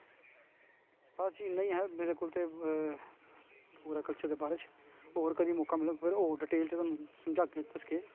बस इन्ना ही ऐ मेरे कोल ते पूरे कल्चर दे बारे च और कदें मौका मिलग ते ओर डिटेल च थुहानू समझागे दसगे